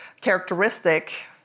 characteristic